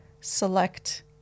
select